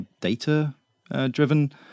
data-driven